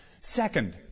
Second